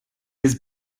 his